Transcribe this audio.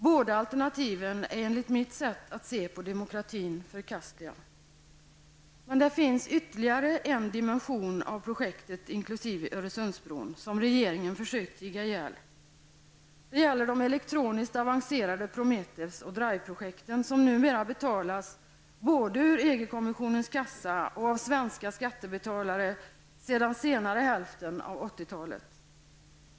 Båda alternativen är enligt mitt sätt att se på demokratin förkastliga. Men det finns ytterligare en dimension av projektet, inkl. Öresundsbron, som regeringen försökt tiga ihjäl. Det gäller de elektroniskt avancerade Prometheus och DRIVE-projekten som numera betalas både ur EG-kommissionens kassa och av svenska skattebetalare sedan senare hälften av 80-talet.